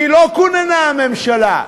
כי לא כוננה הממשלה.